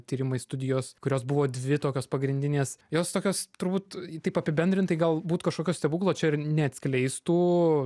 tyrimai studijos kurios buvo dvi tokios pagrindinės jos tokios turbūt taip apibendrintai galbūt kažkokio stebuklo čia ir neatskleistų